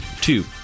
Two